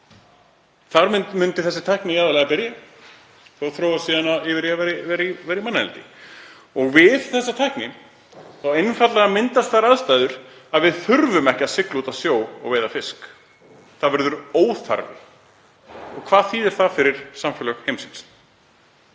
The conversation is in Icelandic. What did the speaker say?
Þar myndi þessi tækni aðallega byrja og þróast síðan yfir í manneldi. Með þessari tækni myndast einfaldlega þær aðstæður að við þurfum ekki að sigla út á sjó og veiða fisk. Það verður óþarfi. Og hvað þýðir það fyrir samfélög heimsins?